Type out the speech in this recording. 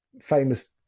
famous